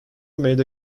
made